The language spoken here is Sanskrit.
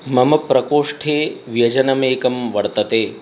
मम प्रकोष्ठे व्यजनमेकं वर्तते